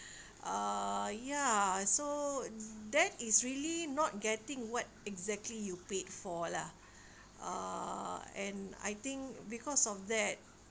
uh ya so that is really not getting what exactly you paid for lah uh and I think because of that